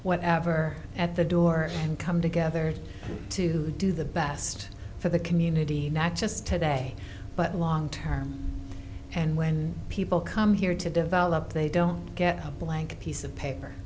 whatever at the door and come together to do the best for the community not just today but long term and when people come here to develop they don't get a blank piece of paper